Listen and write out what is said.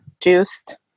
juiced